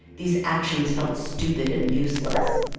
these actions felt stupid and useless.